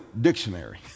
dictionary